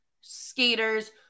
skaters